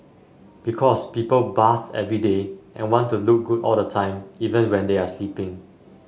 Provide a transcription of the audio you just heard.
because people bath every day and want to look good all the time even when they are sleeping